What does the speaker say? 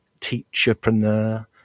teacherpreneur